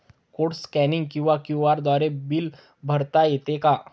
Code scanning किंवा QR द्वारे bill भरता येते का?